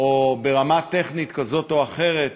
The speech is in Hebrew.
או שברמה טכנית כזאת או אחרת